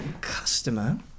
customer